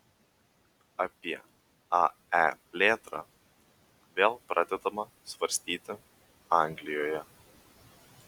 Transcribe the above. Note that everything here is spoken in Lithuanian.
apie ae plėtrą vėl pradedama svarstyti anglijoje